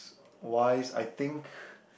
wise I think